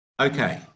Okay